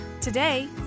Today